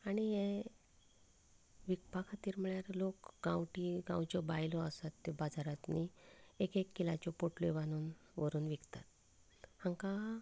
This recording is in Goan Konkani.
आनी हें विकपा खातीर म्हळ्यार लोक गावंठी गांवच्यो बायलो आसात त्यो बाजारांत न्ही एक एक किलाच्यो पोटल्यो बादूंन व्हरून विकतात हांकां